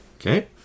Okay